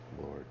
Lord